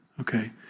Okay